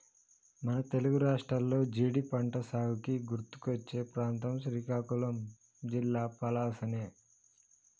మన తెలుగు రాష్ట్రాల్లో జీడి పంటసాగుకి గుర్తుకొచ్చే ప్రాంతం శ్రీకాకుళం జిల్లా పలాసనే